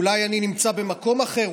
אולי אני נמצא במקום אחר,